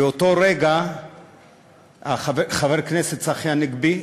באותו רגע חבר הכנסת צחי הנגבי,